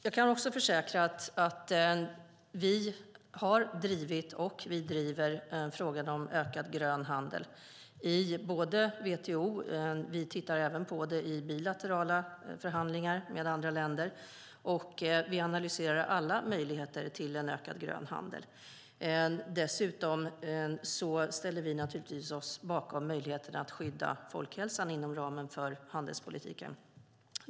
Jag kan försäkra att vi har drivit och driver frågan om ökad grön handel i WTO, och vi tittar även på det i bilaterala förhandlingar med andra länder. Vi analyserar alla möjligheter till en ökad grön handel. Dessutom ställer vi oss naturligtvis bakom möjligheten att skydda folkhälsan inom ramen för handelspolitiken.